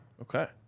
Okay